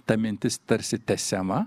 ta mintis tarsi tęsiama